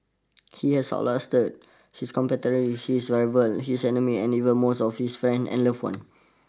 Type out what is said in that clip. He has out lasted his contemporaries his rivals his enemies and even most of his friends and loved ones